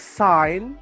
sign